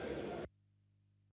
Дякую.